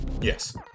Yes